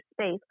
space